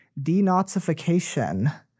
denazification